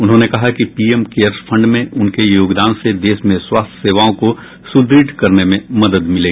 उन्होंने कहा कि पीएम केयर्स फंड में उनके योगदान से देश में स्वास्थ्य सेवाओं को सुद्रढ़ करने में मदद मिली